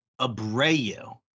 Abreu